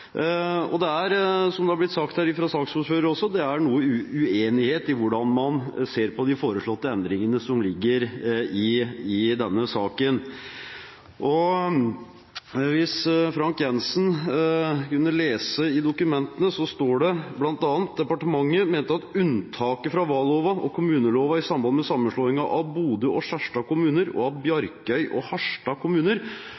nå få svar. Som det har blitt sagt fra saksordføreren også, er det noe uenighet i hvordan man ser på de foreslåtte endringene som ligger i denne saken. Hvis Frank J. Jenssen kunne lese i dokumentene, så står det bl.a.: «Departementet meinte at unntaket frå vallova og kommunelova i samband med samanslåinga av Bodø og Skjerstad kommunar og av